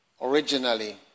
originally